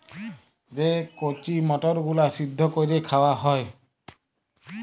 যে কঁচি মটরগুলা সিদ্ধ ক্যইরে খাউয়া হ্যয়